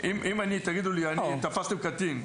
אם תגידו לי "תפסתם קטין,